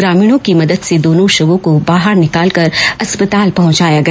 ग्रामीणों की मदद से दोनों शवों को बाहर निकालकर अस्पताल पहुंचाया गया